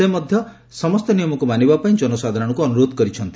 ସେ ମଧ ସମସ୍ତ ନିୟମକୁ ମାନିବା ପାଇଁ ଜନସାଧାରଣଙ୍କୁ ଅନୁରୋଧ କରିଛନ୍ତି